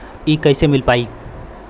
इ कईसे मिल पाई?